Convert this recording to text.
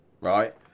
Right